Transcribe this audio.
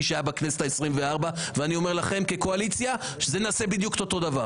שהיה בכנסת ה-24 ואני אומר לכם כקואליציה שנעשה בדיוק את אותו דבר.